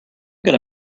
going